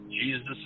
Jesus